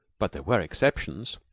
but there were exceptions.